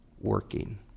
Working